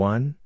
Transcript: One